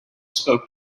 spoke